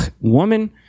woman